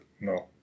no